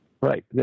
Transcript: Right